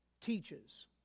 teaches